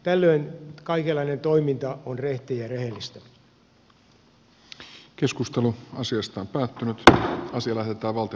tällöin kaikenlainen toiminta on rehtiä ja rehellistä